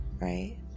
right